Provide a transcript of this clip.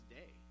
day